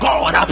God